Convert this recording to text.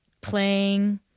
playing